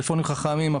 טלפונים חכמים,